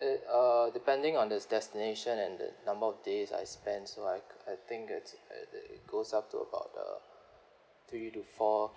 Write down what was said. it uh depending on the destination and the number of days I spend so I cou~ I think that's that it goes up to about the three to four